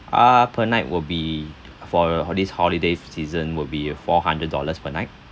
uh per night will be uh for hol~ this holiday season will be four hundred dollars per night